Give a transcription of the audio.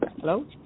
Hello